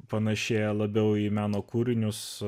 panašėja labiau į meno kūrinius